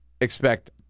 expect